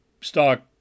stock